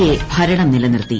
A ഭരണം നിലനിർത്തി